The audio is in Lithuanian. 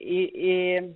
į į